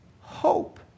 hope